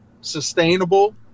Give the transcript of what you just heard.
sustainable